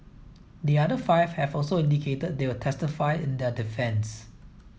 the other five have also indicated they'll testify in their defence